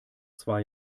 zwei